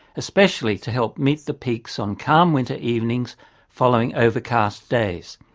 especially to help meet the peaks on calm winter evenings following overcast days.